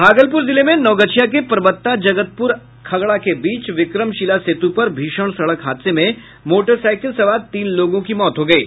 भागलपुर जिले में नवगछिया के परबत्ता जगतपुर खगड़ा के बीच विक्रमशिला सेतु पर भीषण सड़क हादसे में मोटरसाईकिल सवार तीन लोगों की मौत हो गयी